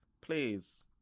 please